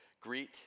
Greet